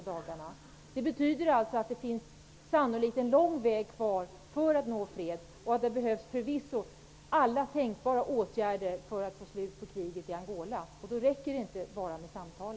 Det betyder att det sannolikt är en lång väg kvar fram till fred. Förvisso behövs alla tänkbara åtgärder för att nå ett slut på kriget i Angola, och då räcker det inte med bara samtal.